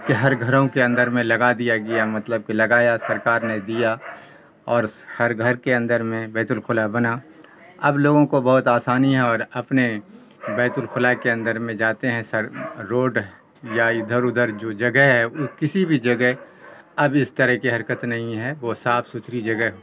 کہ ہر گھروں کے اندر میں لگا دیا گیا مطلب کہ لگایا سرکار نے دیا اور ہر گھر کے اندر میں بیت الخلا بنا اب لوگوں کو بہت آسانی ہے اور اپنے بیت الخلا کے اندر میں جاتے ہیں سر روڈ یا ادھر ادھر جو جگہ ہے وہ کسی بھی جگہ اب اس طرح کی حرکت نہیں ہے وہ صاف ستھری جگہ